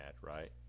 right